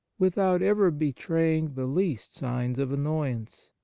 without ever betraying the least signs of annoyance.